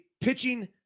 pitching